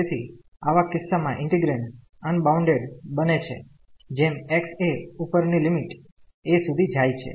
તેથી આવા કિસ્સા માં ઈન્ટિગ્રેન્ડ અનબાઉન્ડેડ બને છે જેમ x એ ઉપર ની લિમિટ a સુધી જાય છે